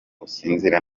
usinzira